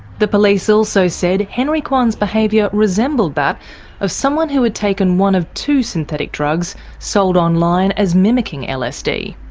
the police also said henry kwan's behaviour resembled that of someone who had taken one of two synthetic drugs sold online as mimicking lsd.